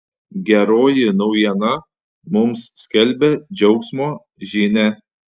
geroji naujiena mums skelbia džiaugsmo žinią